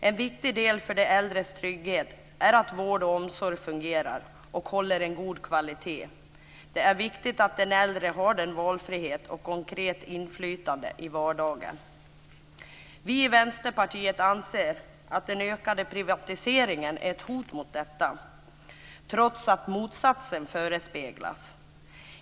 En viktig del för de äldres trygghet är att vård och omsorg fungerar och håller en god kvalitet. Det är viktigt att den äldre får en valfrihet och konkret inflytande i vardagen. Vi i Vänsterpartiet anser att den ökade privatiseringen är ett hot mot detta, trots att motsatsen förespeglas.